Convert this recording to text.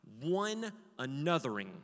one-anothering